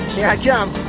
yeah i come!